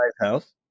house